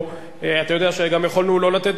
אתה יודע שגם יכולנו לא לתת בכלל לדבר,